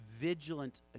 vigilant